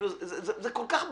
זה כל כך ברור,